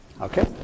Okay